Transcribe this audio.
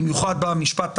במיוחד במשפט האנגלי.